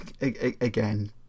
again